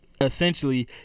essentially